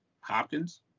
Hopkins